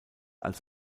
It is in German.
als